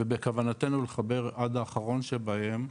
ובכוונתנו לחבר עד האחרון שבהם,